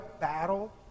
battle